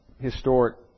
historic